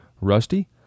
Rusty